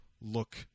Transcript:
look